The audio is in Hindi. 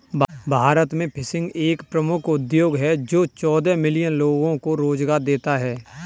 भारत में फिशिंग एक प्रमुख उद्योग है जो चौदह मिलियन लोगों को रोजगार देता है